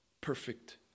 perfect